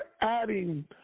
adding